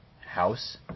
house